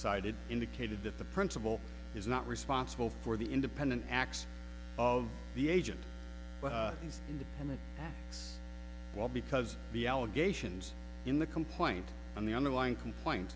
cited indicated that the principal is not responsible for the independent acts of the agent but he's independent well because the allegations in the complaint and the underlying complaint